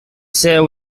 said